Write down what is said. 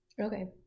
Okay